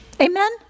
Amen